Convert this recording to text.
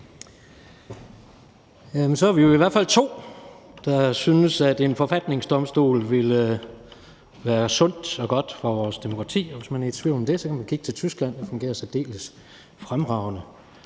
Så er vi jo i hvert fald to, der synes, at en forfatningsdomstol ville være sundt og godt for vores demokrati, og hvis man er i tvivl om det, kan man kigge til Tyskland. Der fungerer det særdeles fremragende